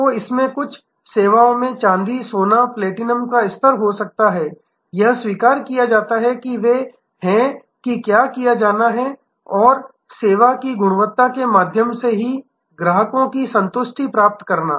तो इसमें कुछ सेवाओं में चांदी सोना प्लैटिनम का स्तर हो सकता है यह स्वीकार किया जाता है और वे हैं कि किया जाना चाहिए और सेवा की गुणवत्ता के माध्यम से ग्राहकों की संतुष्टि प्राप्त करना